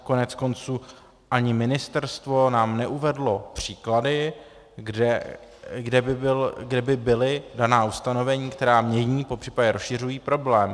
Koneckonců ani ministerstvo nám neuvedlo příklady, kde by byla daná ustanovení, která mění, popřípadě rozšiřují problém.